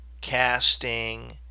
casting